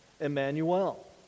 Emmanuel